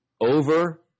Over